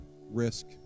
risk